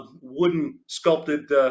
wooden-sculpted